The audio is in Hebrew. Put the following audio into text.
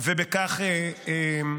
אני